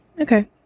Okay